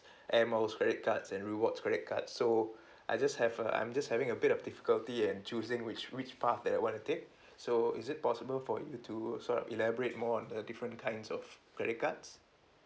air miles credit cards and rewards credit card so I just have err I'm just having a bit of difficulty in choosing which which path that I wanna take so is it possible for you to sort of elaborate more on the different kinds of credit cards